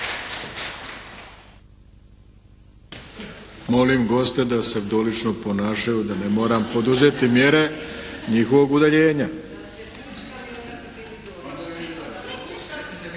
Molim goste da se dolično ponašaju da ne moram poduzeti mjere njihovog udaljenja.